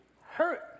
hurt